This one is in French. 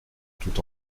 tout